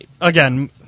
again